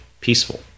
peaceful